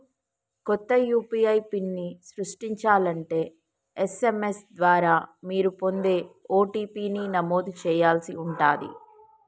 కొత్త యూ.పీ.ఐ పిన్ని సృష్టించాలంటే ఎస్.ఎం.ఎస్ ద్వారా మీరు పొందే ఓ.టీ.పీ ని నమోదు చేయాల్సి ఉంటాది